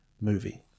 movie